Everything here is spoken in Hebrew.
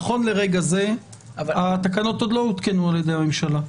נכון לרגע זה התקנות עוד לא הותקנו על ידי הממשלה.